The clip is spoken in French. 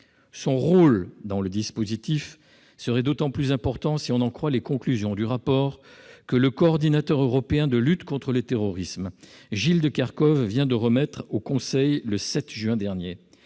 Son rôle dans le dispositif serait d'autant plus important si l'on en croit les conclusions du rapport que le coordinateur européen de lutte contre le terrorisme, Gilles de Kerchove, a remis au Conseil le 7 juin dernier.